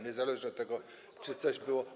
Niezależnie od tego, czy coś było.